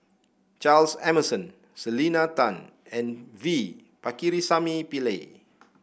Charles Emmerson Selena Tan and V Pakirisamy Pillai